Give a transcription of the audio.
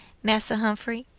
massa humphrey.